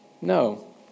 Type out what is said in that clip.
No